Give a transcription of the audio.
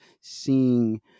seeing